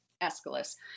Aeschylus